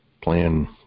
plan